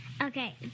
Okay